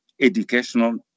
educational